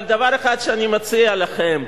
אבל דבר אחד שאני מציע לכם,